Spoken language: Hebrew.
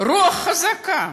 רוח חזקה,